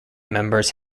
members